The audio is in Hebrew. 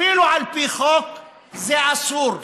אפילו על פי חוק זה אסור.